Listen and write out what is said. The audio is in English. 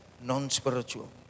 non-spiritual